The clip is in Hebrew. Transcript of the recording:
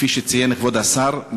כפי שציין כבוד השר,